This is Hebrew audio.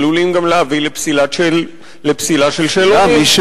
עלולים גם להביא לפסילה של שאלונים.